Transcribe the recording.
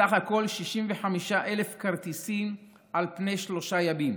בסך הכול 65,000 כרטיסים על פני שלושה ימים: